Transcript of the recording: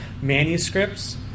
manuscripts